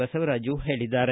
ಬಸವರಾಜು ಹೇಳಿದ್ದಾರೆ